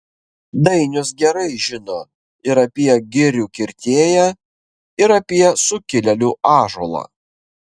dainius gerai žino ir apie girių kirtėją ir apie sukilėlių ąžuolą